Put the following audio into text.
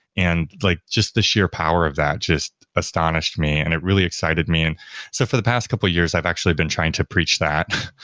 and like just the sheer power of that just astonished me and it really excited me and so for the past couple years, i've actually been trying to preach that.